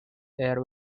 air